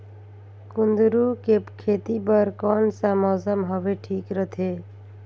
कुंदूरु के खेती बर कौन सा मौसम हवे ठीक रथे?